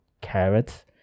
carrots